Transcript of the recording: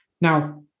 Now